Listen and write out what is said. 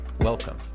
welcome